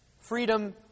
freedom